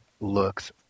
looks